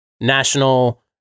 national